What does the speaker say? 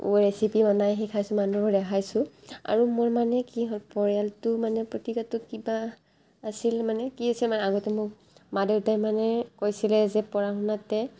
recipe বনাই শিকাইছোঁ মানুহক দেখাইছোঁ আৰু মোৰ মানে কি হয় পৰিয়ালটো মানে প্ৰতি ক্ষেত্ৰত কিবা আছিল মানে কি আছে মানে আগতে মোক মা দেউতাই মানে কৈছিলে যে পঢ়া শুনাতে